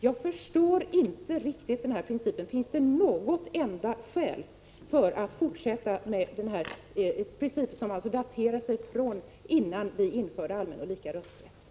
Jag förstår inte riktigt den principen. Finns det något enda skäl för att fortsätta med en princip som daterar sig från tiden innan vi införde allmän och lika rösträtt.